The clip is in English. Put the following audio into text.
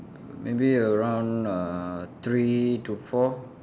maybe around uh three to four